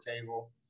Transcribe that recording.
table